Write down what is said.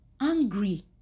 angry